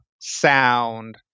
sound